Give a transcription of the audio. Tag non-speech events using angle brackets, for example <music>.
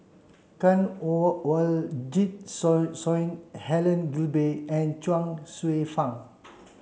Kanwaljit <unintelligible> Soin Helen Gilbey and Chuang Hsueh Fang